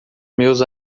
meus